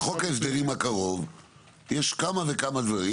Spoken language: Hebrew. בחוק ההסדרים הקרוב יש כמה וכמה דברים,